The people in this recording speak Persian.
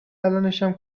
الانشم